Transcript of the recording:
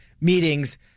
meetings